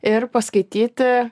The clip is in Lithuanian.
ir paskaityti